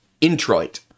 introit